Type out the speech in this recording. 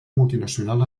multinacional